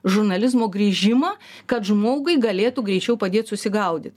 žurnalizmo grįžimą kad žmogui galėtų greičiau padėti susigaudy